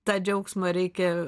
tą džiaugsmą reikia